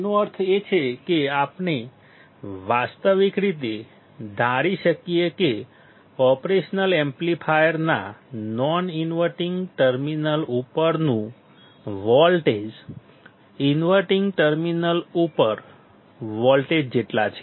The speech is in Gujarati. તેનો અર્થ એ છે કે આપણે વાસ્તવિક રીતે ધારી શકીએ છીએ કે ઓપરેશનલ એમ્પ્લીફાયરના નોન ઇન્વર્ટીંગ ટર્મિનલ ઉપરનું વોલ્ટેજ ઇન્વર્ટીંગ ટર્મિનલ ઉપર વોલ્ટેજ જેટલા છે